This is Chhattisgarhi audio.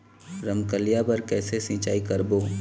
रमकलिया बर कइसे सिचाई करबो?